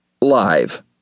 live